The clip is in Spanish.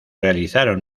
realizaron